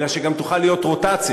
אלא שגם תוכל להיות רוטציה.